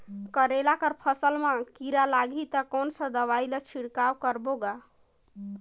करेला कर फसल मा कीरा लगही ता कौन सा दवाई ला छिड़काव करबो गा?